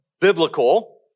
biblical